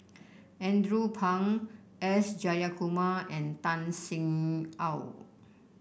Andrew Phang S Jayakumar and Tan Sin Aun